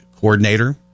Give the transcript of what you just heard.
coordinator